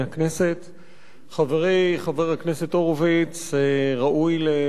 חברי חבר הכנסת הורוביץ ראוי לברכה מיוחדת